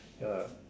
ya